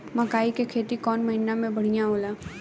मकई के खेती कौन महीना में बढ़िया होला?